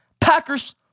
Packers